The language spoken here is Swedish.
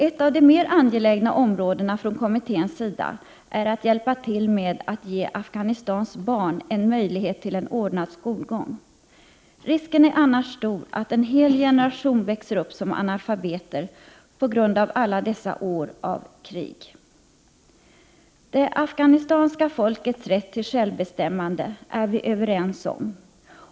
Ett av de mer angelägna områdena för kommittén är att ge hjälp, så att Afghanistans barn får möjlighet till ordnad skolgång. Risken är annars stor att en hel generation växer upp som analfabeter på grund av alla dessa år av krig. Det afghanska folkets rätt till självbestämmande är vi överens om.